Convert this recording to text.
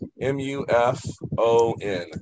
M-U-F-O-N